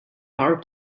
power